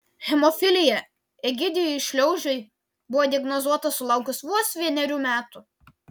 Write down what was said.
hemofilija egidijui šliaužiui buvo diagnozuota sulaukus vos vienerių metų